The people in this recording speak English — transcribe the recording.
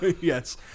yes